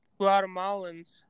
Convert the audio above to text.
Guatemalans